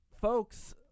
folks